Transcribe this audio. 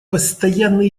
постоянно